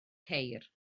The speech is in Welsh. ceir